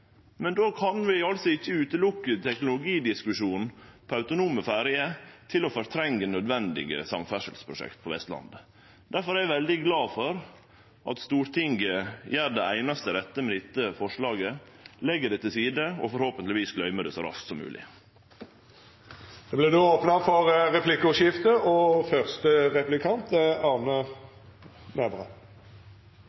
men då kan vi ikkje bruke teknologidiskusjonen om autonome ferjer til å fortrengje nødvendige samferdselsprosjekt på Vestlandet. Difor er eg veldig glad for at Stortinget gjer det einaste rette med dette forslaget – legg det til side og forhåpentlegvis gløymer det så raskt som mogleg. Det